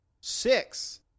six